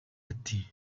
ati